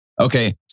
Okay